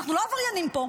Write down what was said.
אנחנו לא עבריינים פה.